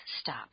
stop